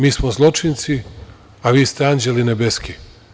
Mi smo zločinci, a vi ste anđeli nebeski.